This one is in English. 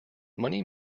money